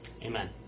Amen